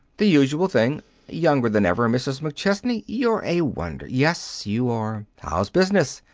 the usual thing younger than ever, mrs. mcchesney! you're a wonder yes, you are! how's business?